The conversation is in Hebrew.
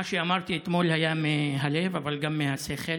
מה שאמרתי אתמול היה מהלב, אבל גם מהשכל.